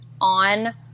on